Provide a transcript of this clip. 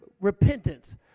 repentance